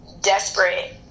desperate